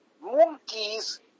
monkeys